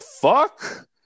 fuck